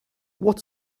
what